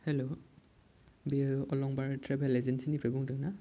हेल' बेयो अलंबार travel agency निफ्राय बुंदोंना